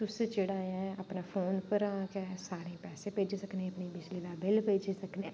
तुसें जेह्ड़ा ऐ अपने फोन परां गै सारें गी पैसे भेज्जी सकने अपने बिजली दा बिल भेज्जी सकने